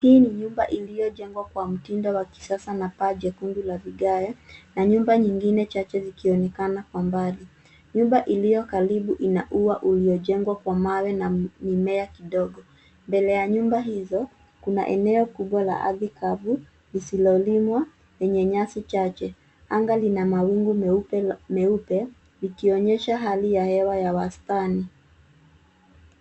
Hii ni nyumba iliyojengwa kwa mtindo wa kisasa na paa jekundu la vigae na nyumba nyingine chache zikionekana kwa mbali. Nyumba iliyo karibu ina ua uliojengwa kwa mawe na mimea kidogo . Mbele ya nyumba hizo kuna eneo kubwa la ardhi kavu lisilo limwa lenye nyasi chache. Anga lina mawimgu meupe likionyesha hali ya hewa ya wastani.